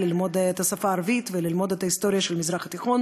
ללמוד את השפה הערבית וללמוד את ההיסטוריה של המזרח התיכון,